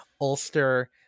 ulster